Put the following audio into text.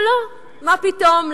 אבל לא, מה פתאום?